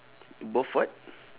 both what